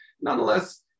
nonetheless